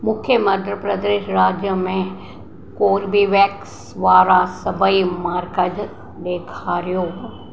मूंखे मध्य प्रदेश राज्य में कोर्बीवेक्स वारा सभई मर्कज़ ॾेखारियो